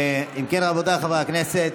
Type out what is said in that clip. אם כן, רבותיי חברי הכנסת,